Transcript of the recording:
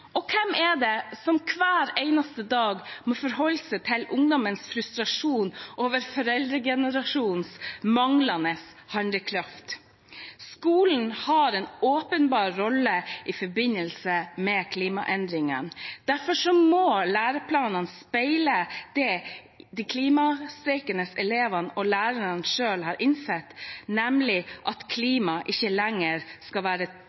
og hvem er det som hver eneste dag må forholde seg til ungdommens frustrasjon over foreldregenerasjonens manglende handlekraft? Skolen har en åpenbar rolle i forbindelse med klimaendringene, derfor må læreplanene speile det de klimastreikende elevene og lærerne selv har innsett, nemlig at klima ikke lenger skal være